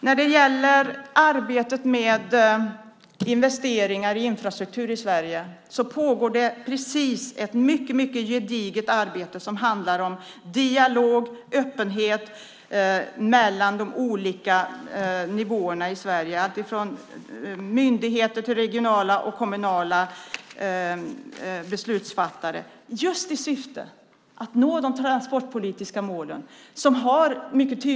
När det gäller arbetet med investeringar i infrastruktur i Sverige pågår det ett mycket gediget arbete som handlar om dialog och öppenhet mellan de olika nivåerna i Sverige, allt ifrån myndigheter till regionala och kommunala beslutsfattare just i syfte att nå de transportpolitiska målen.